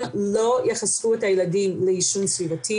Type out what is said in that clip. לא יחשפו את הילדים לעישון סביבתי.